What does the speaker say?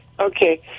Okay